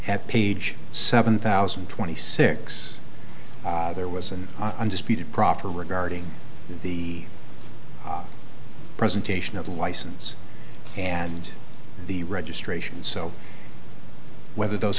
at page seven thousand twenty six there was an undisputed proffer regarding the presentation of the license and the registration so whether those